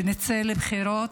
שנצא לבחירות,